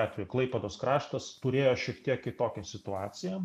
atveju klaipėdos kraštas turėjo šiek tiek kitokią situaciją